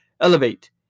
elevate